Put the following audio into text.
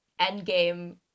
Endgame